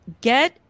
get